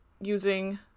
using